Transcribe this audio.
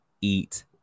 eat